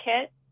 kit